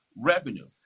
revenue